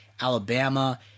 Alabama